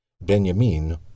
Benjamin